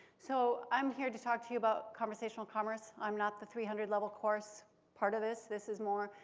so i'm here to talk to you about conversational commerce. i'm not the three hundred level course part of this. this is more.